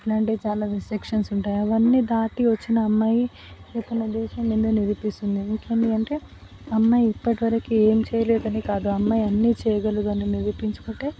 ఇలాంటి చాలా రెస్ట్రిక్షన్స్ ఉంటాయి అవన్నీ దాటి వచ్చిన అమ్మాయి ఎక్కడన్నా చేసి ఏంటని నిరూపిస్తుంది ఇంకేంటి అంటే అమ్మాయి ఇప్పటి వరకు ఏం చెయ్యలేదు అని కాదు అమ్మాయి అన్నీ చెయ్యగలదు అని నిరూపించుకుంటే